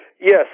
Yes